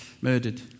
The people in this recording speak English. murdered